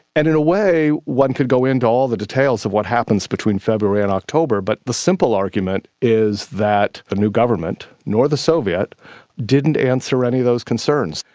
and in a way one could go into all the details of what happens between february and october, but the simple argument is that the new government nor the soviet didn't answer any of those concerns.